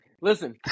Listen